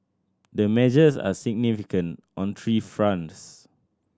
the measures are significant on three fronts